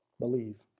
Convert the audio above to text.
Believe